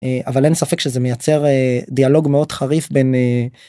אבל אין ספק שזה מייצר דיאלוג מאוד חריף בין.